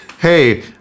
hey